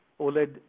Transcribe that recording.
OLED